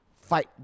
fight